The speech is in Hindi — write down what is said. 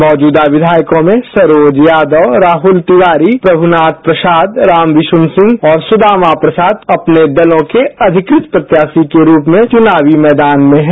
मौजूदा विधायकों में सरोज यादव राहुल तिवारी प्रभुनाथ प्रसाद रामविशुन सिंह और सुदामा प्रसाद अपने अपने दलों के अधिकृत प्रत्याशी के रुप में फिर से चुनावी मैदान में हैं